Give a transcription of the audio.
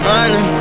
Money